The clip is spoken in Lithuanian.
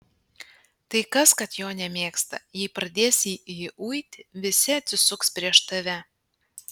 tai kas kad jo nemėgsta jei pradėsi jį uiti visi atsisuks prieš tave